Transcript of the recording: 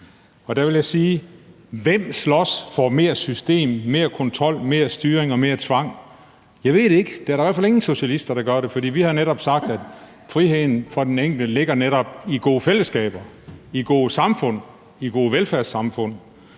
Og der vil jeg sige, at hvem slås for mere system, mere kontrol, mere styring og mere tvang? Jeg ved det ikke. Der er da i hvert fald ingen socialister, der gør det, for vi har sagt, at friheden for den enkelte netop ligger i gode fællesskaber, i gode samfund, i gode velfærdssamfund,